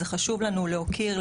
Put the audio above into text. זה חשוב לנו להוקיר,